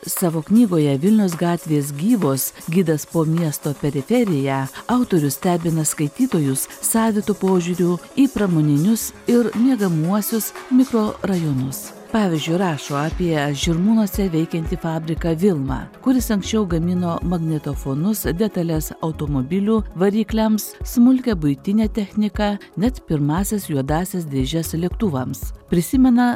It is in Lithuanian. savo knygoje vilniaus gatvės gyvos gidas po miesto periferiją autorius stebina skaitytojus savitu požiūriu į pramoninius ir miegamuosius mikrorajonus pavyzdžiui rašo apie žirmūnuose veikiantį fabriką vilma kuris anksčiau gamino magnetofonus detales automobilių varikliams smulkią buitinę techniką net pirmąsias juodąsias dėžes lėktuvams prisimena